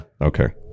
Okay